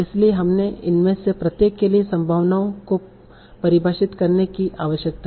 इसलिए हमें इनमें से प्रत्येक के लिए संभावनाओं को परिभाषित करने की आवश्यकता है